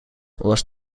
was